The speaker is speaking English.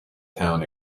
town